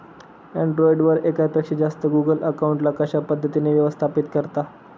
Android वर एकापेक्षा जास्त गुगल अकाउंट ला कशा पद्धतीने व्यवस्थापित करता?